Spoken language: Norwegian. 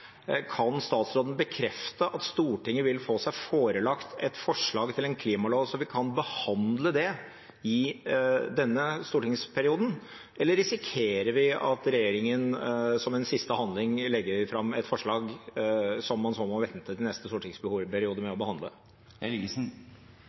seg forelagt et forslag til en klimalov slik at vi kan behandle det i denne stortingsperioden? Eller risikerer vi at regjeringen som en siste handling legger fram et forslag som man må vente til neste stortingsperiode med